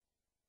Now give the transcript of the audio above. אין לנו הוקוס